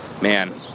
Man